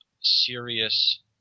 serious